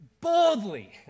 boldly